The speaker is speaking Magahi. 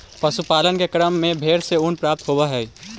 पशुपालन के क्रम में भेंड से ऊन प्राप्त होवऽ हई